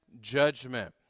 judgment